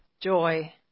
joy